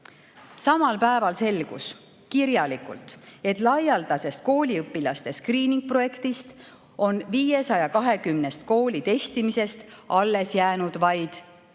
Samal päeval selgus kirjalikult, et laialdasest kooliõpilaste skriiningu projektist on 520 koolitestimisest alles jäänud vaid 12.